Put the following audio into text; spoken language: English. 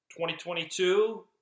2022